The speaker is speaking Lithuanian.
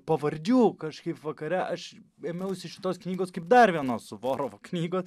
pavardžių kažkaip vakare aš ėmiausi šitos knygos kaip dar vienos suvorovo knygos